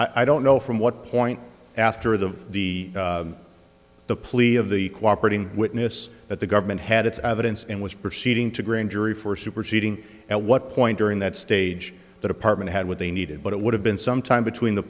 case i don't know from what point after the the the plea of the cooperating witness that the government had its evidence and was proceeding to grand jury for superseding at what point during that stage that apartment had what they needed but it would have been some time between the